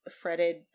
fretted